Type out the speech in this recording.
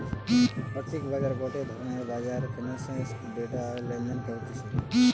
আর্থিক বাজার গটে ধরণের বাজার ফিন্যান্সের ডেটা লেনদেন করতিছে